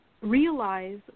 realize